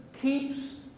keeps